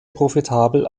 profitabel